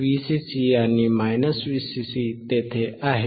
Vcc आणि Vcc तेथे आहे